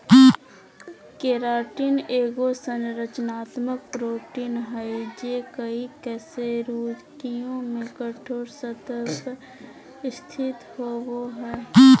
keratin एगो संरचनात्मक protein हइ जे कई कशेरुकियों में कठोर सतह पर स्थित होबो हइ